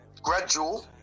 gradual